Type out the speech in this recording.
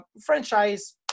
Franchise